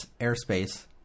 airspace